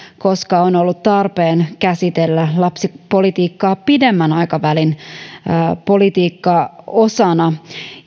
koska on ollut tarpeen käsitellä lapsipolitiikkaa pidemmän aikavälin politiikan osana